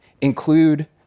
include